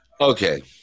Okay